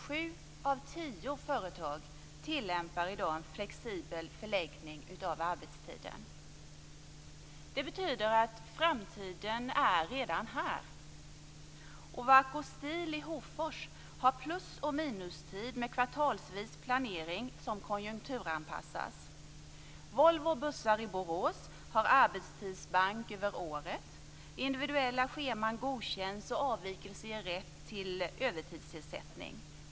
Sju av tio företag tillämpar i dag en flexibel förläggning av arbetstiden. Det betyder att framtiden redan är här. Ovako Steel i Hofors har plus och minustid med kvartalsvis planering som konjunkturanpassas. Volvo Bussar i Borås har arbetstidsbank över året. Individuella scheman godkänns och avvikelser ger rätt till övertidsersättning.